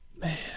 man